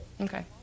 Okay